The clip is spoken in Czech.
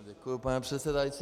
Děkuji, pane předsedající.